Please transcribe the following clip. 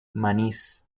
manís